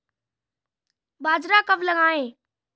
बाजरा कब लगाएँ?